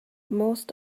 most